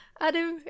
Adam